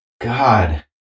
God